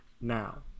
Now